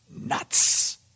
nuts